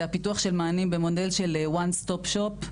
הפיתוח של מענים במודל של One Stop Shop.